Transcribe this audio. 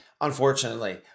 unfortunately